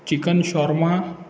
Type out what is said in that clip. chicken shawarma